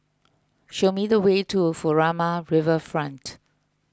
show me the way to Furama Riverfront